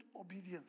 obedience